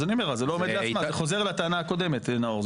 אז אני אומר, אני חוזר על הטענה הקודמת נאור.